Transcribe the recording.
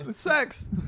Sex